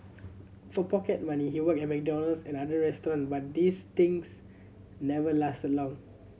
for pocket money he worked at McDonald's and other restaurant but these stints never lasted long